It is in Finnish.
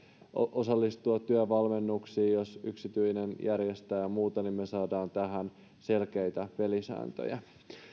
osallistua työvalmennuksiin jos on yksityinen järjestäjä ja muuta nyt me saamme tähän selkeitä pelisääntöjä